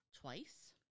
twice